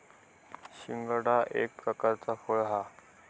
शिंगाडा एक प्रकारचा फळ हा